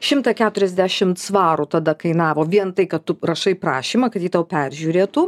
šimtą keturiasdešimt svarų tada kainavo vien tai kad tu rašai prašymą kad jį tau peržiūrėtų